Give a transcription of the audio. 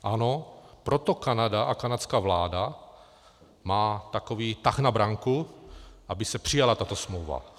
Ano, proto Kanada a kanadská vláda má takový tah na branku, aby se přijala tato smlouva.